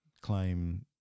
claim